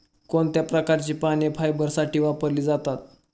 कोणत्या प्रकारची पाने फायबरसाठी वापरली जातात?